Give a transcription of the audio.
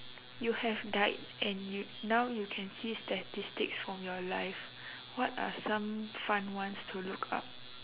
you have died and you now you can see statistics from your life what are some fun ones to look up